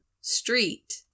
street